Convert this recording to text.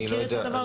אתה מכיר את זה?